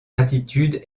attitude